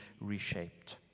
reshaped